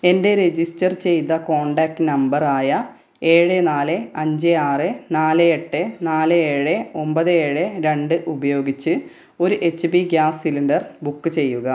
എന്റെ രജിസ്റ്റർ ചെയ്ത കോണ്ടാക്റ്റ് നമ്പറായ ഏഴ് നാല് അഞ്ച് ആറ് നാല് എട്ട് നാല് ഏഴ് ഒമ്പത് ഏഴ് രണ്ട് ഉപയോഗിച്ച് ഒരു H P gas cylinder book ചെയ്യുക